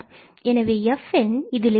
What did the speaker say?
எனவே fn இதிலிருந்து n123